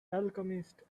alchemist